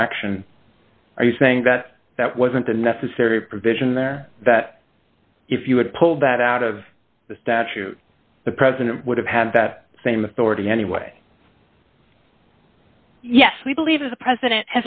ther action are you saying that that wasn't a necessary provision there that if you had pulled that out of the statute the president would have had that same authority anyway yes we believe as the president